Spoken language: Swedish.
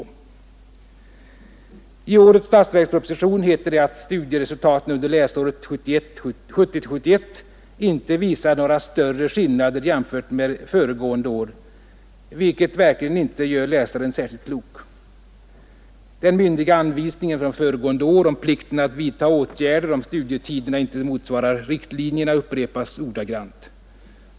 I årets statsverksproposition heter det att studieresultaten under läsåret 1970/71 inte visar några större skillnader jämfört med föregående år, vilket verkligen inte gör läsaren särskilt klok. Den myndiga anvisningen från föregående år om plikten att vidta åtgärder om studietiderna inte motsvarar riktlinjerna upprepas ordagrant.